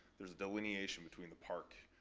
there's a delineation between the park,